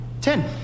Ten